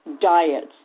diets